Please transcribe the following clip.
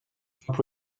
top